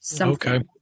Okay